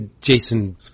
Jason